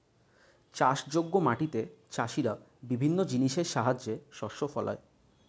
চাষযোগ্য মাটিতে চাষীরা বিভিন্ন জিনিসের সাহায্যে শস্য ফলায়